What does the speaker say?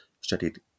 studied